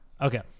Okay